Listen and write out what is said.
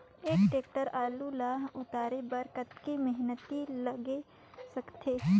एक टेक्टर आलू ल उतारे बर कतेक मेहनती लाग सकथे?